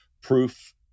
proof